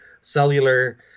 cellular